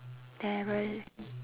there were